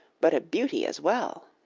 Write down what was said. but a beauty as well.